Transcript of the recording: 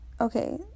Okay